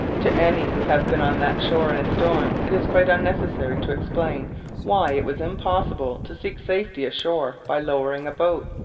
to any who have been on that shore in a storm it is quite unnecessary to explain why it was impossible to seek safety ashore by lowering a boat.